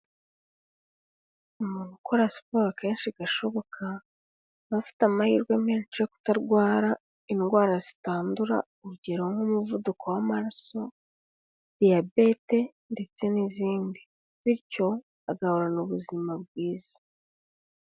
Umuntu ukora siporo kenshi gashoboka, aba afite amahirwe menshi yo kutarwara indwara zitandura, urugero: nk'umuvuduko w'amaraso, Diyabete ndetse n'izindi. Bityo, agahorana ubuzima bwiza.